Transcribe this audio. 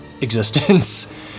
existence